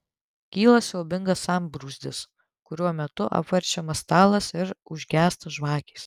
kyla siaubingas sambrūzdis kurio metu apverčiamas stalas ir užgęsta žvakės